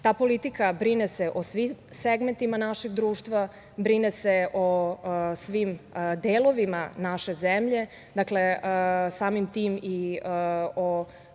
politika brine se o svim segmentima našeg društva, brine se o svim delovima naše zemlje, samim tim i o